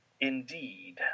Indeed